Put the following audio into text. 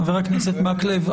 חבר הכנסת מקלב,